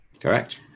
Correct